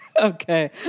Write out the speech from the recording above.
Okay